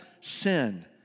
sin